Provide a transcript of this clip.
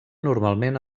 normalment